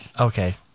Okay